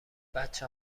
بچه